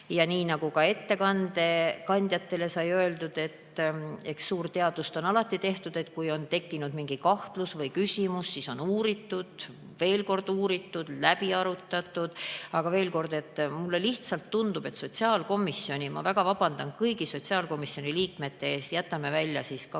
Nii nagu ka ettekandjatele sai öeldud, et eks teadust ole alati tehtud. Kui on tekkinud mingi kahtlus või küsimus, siis on uuritud, veel kord uuritud ja läbi arutatud. Aga veel kord: mulle lihtsalt tundub, et sotsiaalkomisjonis – ma väga vabandan kõigi sotsiaalkomisjoni liikmete ees, jätame välja kaks